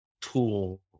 tool